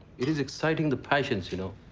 it is exciting the passions, you know.